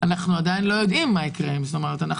אנחנו עדיין לא יודעים מה יקרה, אנחנו